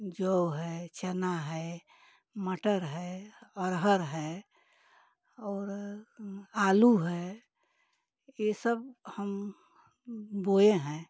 जौ है चना है मटर है अरहर है और आलू है यह सब हम बोए हैं